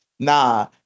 Nah